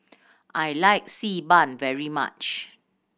I like Xi Ban very much